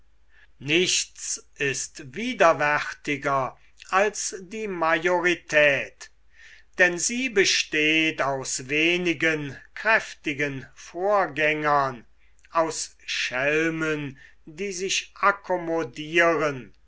nichts ist widerwärtiger als die majorität denn sie besteht aus wenigen kräftigen vorgängern aus schelmen die sich